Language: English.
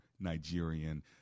Nigerian